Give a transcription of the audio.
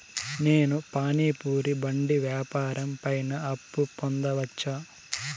నేను పానీ పూరి బండి వ్యాపారం పైన అప్పు పొందవచ్చా?